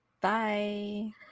Bye